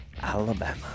Alabama